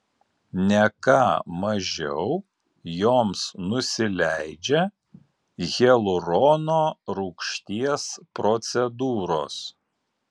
ne ką mažiau joms nusileidžia hialurono rūgšties procedūros